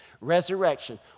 Resurrection